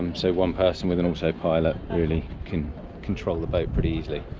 um so one person with an autopilot really can control the boat pretty easily.